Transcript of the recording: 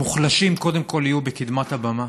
המוחלשים, קודם כול יהיו בקדמת הבמה.